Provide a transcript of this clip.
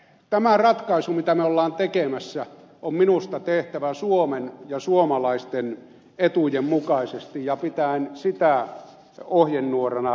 tämä ratkaisu mitä me olemme tekemässä on minusta tehtävä suomen ja suomalaisten etujen mukaisesti ja pitäen sitä ohjenuorana ratkaisussa